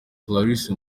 clarisse